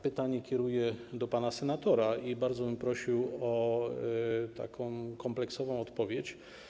Pytanie kieruję do pana senatora i bardzo bym prosił o kompleksową odpowiedź.